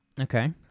Okay